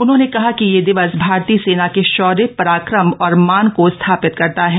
उन्होंने कहा कि यह दिवस भारतीय सेना के शौर्य प्राक्रम और मान को स्थापित करता है